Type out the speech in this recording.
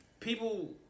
People